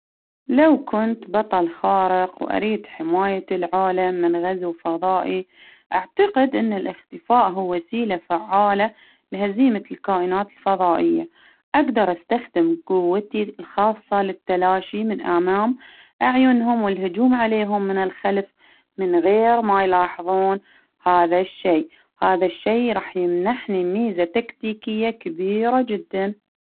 لو كنت بطل خارق وأريد حماية العالم من غزو فضائي، أعتقد إن الإختفاء هو وسيلة فعالة لهزيمة الكائنات الفضائية، أقدر أستخدم قوتي الخاصة للتلاشي من أمام أعينهم، والهجوم عليهم من الخلف. من غير ما يلاحظون هذا الشي. هذا الشي راح يمنحني ميزة تكتيكية كبيرة جدا.